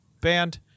band